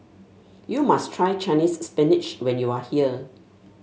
you must try Chinese Spinach when you are here